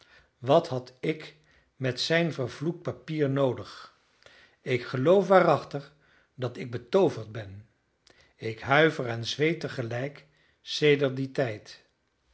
wat had ik met zijn vervloekt papier noodig ik geloof waarachtig dat ik betooverd ben ik huiver en zweet tegelijk sedert dien tijd